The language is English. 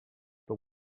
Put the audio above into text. but